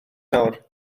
nawr